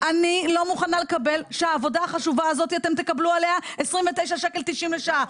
אני לא מוכנה לקבל שעל העבודה החשובה הזאת אתם תקבלו 29.90 לשעה.